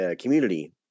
community